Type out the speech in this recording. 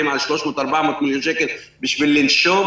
על 400-300 מיליון שקל בשביל לנשום,